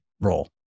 role